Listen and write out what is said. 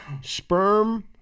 sperm